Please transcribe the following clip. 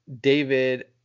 David